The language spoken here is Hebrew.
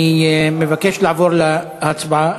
אני מבקש לעבור להצבעה.